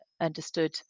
understood